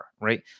right